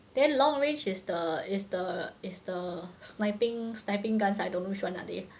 then long range is the is the is the sniping sniping guns I don't know which one are they